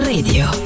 Radio